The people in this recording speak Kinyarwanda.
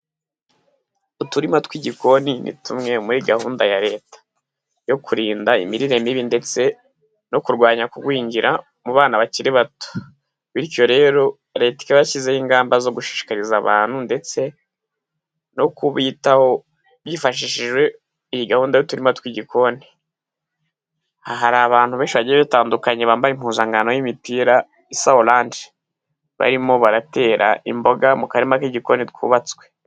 Uturima tw'igikoni ni tumwe muri gahunda ya Leta. Yo kurinda imirire mibi ndetse no kurwanya kugwingira mubana bakiri bato. Bityo rero Leta ikaba yashyizeho ingamba zo gushishikariza abantu ndetse no kubitaho hifashishijwe iyi gahunda y'uturima tw'igikoni. Aha hari abantu benshi bagiye batandukanye bambaye impuzankano y'imipira isa orange. Barimo baratera imboga mukarima k'igikoni twubatswe.